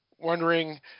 wondering